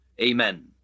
Amen